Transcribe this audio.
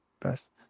best